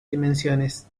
dimensiones